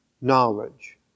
knowledge